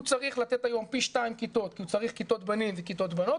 הוא צריך לתת היום פי שניים כיתות כי הוא צריך כיתות בנים וכיתות בנות,